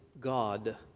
God